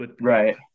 Right